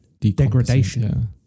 degradation